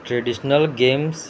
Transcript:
traditional games